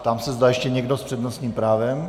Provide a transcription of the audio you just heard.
Ptám se, zda ještě někdo s přednostním právem.